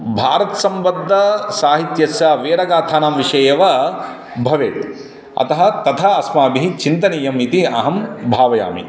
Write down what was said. भारत्सम्बद्धः साहित्यस्य वीरगाथानां विषये एव भवेत् अतः तथा अस्माभिः चिन्तनीयम् इति अहं भावयामि